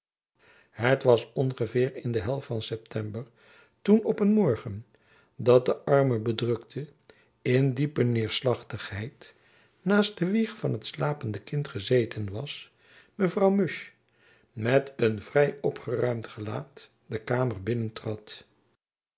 het was ongeveer in de helft van september toen op een morgen dat de arme bedrukte in diepe neêrslachtigheid naast de wieg van het slapende kind gezeten was mevrouw musch met een vrij opgeruimd gelaat de kamer